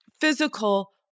physical